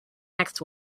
next